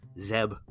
Zeb